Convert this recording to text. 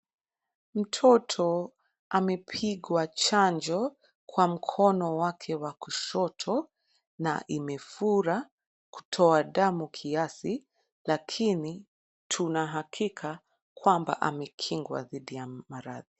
Mtoto amepigwa chanjo kwa mkono wake wa kushoto na imefura kutoa damu kiasi lakini tuna hakika kwamba amekingwa dhidi ya maradhi.